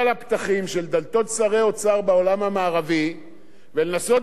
המערבי ולנסות להסביר להם כמה חשובות הסנקציות,